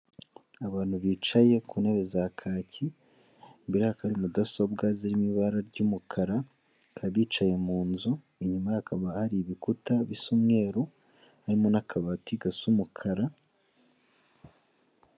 Abantu bicaye ku ntebe za kaki imbere yabo hakaba hari, mudasobwa zirimo ibara ry'umukara, bakaba bicaye mu nzu, inyuma hakaba hari ibikuta bisa umweru harimo n'akabati gasa umukara.